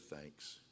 thanks